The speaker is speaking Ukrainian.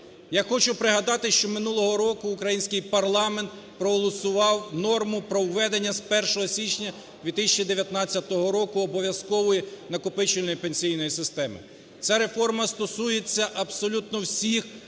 Я хочу пригадати, що минулого року український парламент проголосував норму про введення з 1 січня 2019 року обов'язкової накопичувальної пенсійної системи. Ця реформа стосується абсолютно всіх